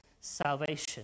salvation